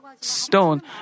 stone